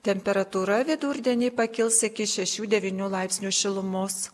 temperatūra vidurdienį pakils iki šešių devynių laipsnių šilumos